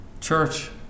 Church